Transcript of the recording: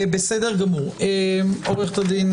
לעומת זה,